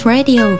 Radio